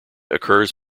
occurs